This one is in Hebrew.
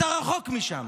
אתה רחוק משם.